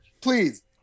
Please